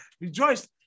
Rejoice